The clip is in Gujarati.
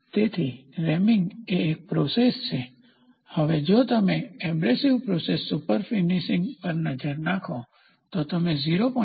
તેથી રેમિંગ એ એક પ્રોસેસ છે હવે જો તમે એબ્રેસીવ પ્રોસેસ સુપરફિનિશિંગ પર નજર નાખો તો તમે 0